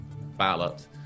ballot